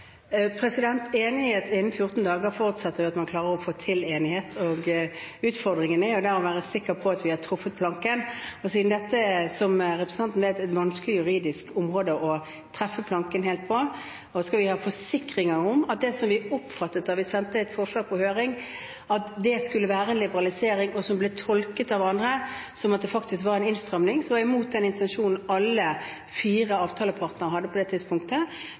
Enighet innen 14 dager forutsetter jo at man klarer å få til enighet, og utfordringen er da å være sikker på at vi har truffet planken, siden dette, som representanten vet, er et vanskelig juridisk område å treffe planken helt på. Da skal vi ha forsikringer om at vi ikke på ny kommer i samme situasjon som sist, da vi sendte et forslag på høring og oppfattet at det skulle være en liberalisering, mens det ble tolket av andre som at det faktisk var en innstramming, noe som var imot den intensjonen alle fire avtalepartnere hadde på det tidspunktet.